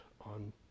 on